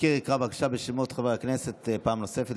המזכיר יקרא בבקשה בשמות חברי הכנסת פעם נוספת,